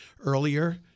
earlier